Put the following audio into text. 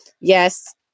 yes